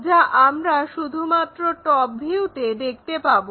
যা আমরা শুধুমাত্র টপ ভিউতে দেখতে পাবো